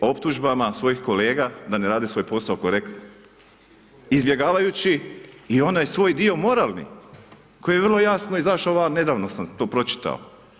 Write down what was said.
Optužbama svojih kolega, da ne rade svoj posao korektno, izbjegavajući i onaj svoj dio moralni, koji je vrlo jasno izašao van, nedavno sam to pročitao.